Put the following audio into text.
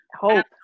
hope